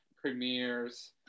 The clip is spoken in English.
premieres